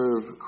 serve